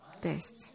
best